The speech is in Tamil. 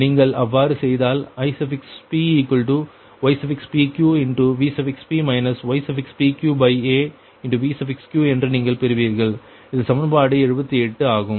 நீங்கள் அவ்வாறு செய்தால் IpypqVp ypqaVq என்று நீங்கள் பெறுவீர்கள் இது சமன்பாடு 78 ஆகும்